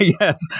yes